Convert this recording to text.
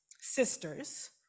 sisters